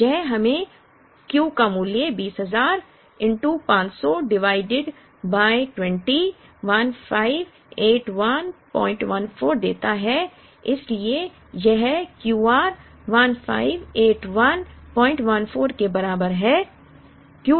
तो यह हमें Q का मूल्य 20000 500 डिवाइडेड बाय 20 158114 देता है इसलिए यह Q r 158114 के बराबर है